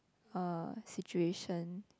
uh situation